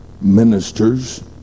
ministers